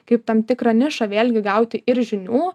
kaip tam tikrą nišą vėlgi gauti ir žinių